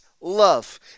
love